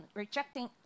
rejecting